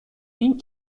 این